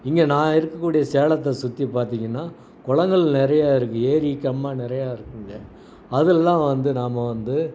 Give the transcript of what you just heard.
இங்கே நான் இருக்கக்கூடிய சேலத்தை சுற்றி பார்த்திங்கன்னா குளங்கள் நிறையா இருக்குது ஏரி கம்மா நிறையா இருக்குது இங்கே அதெல்லாம் வந்து நாம வந்து